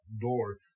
door